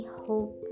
hope